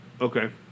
Okay